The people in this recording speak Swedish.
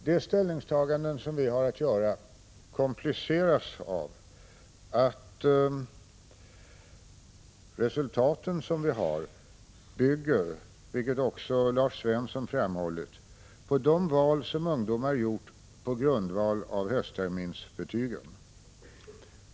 De ställningstaganden som vi har att göra kompliceras av att resultaten, vilket också Lars Svensson har framhållit, bygger på de val som ungdomar har gjort på grundval av höstterminsbetygen.